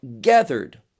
gathered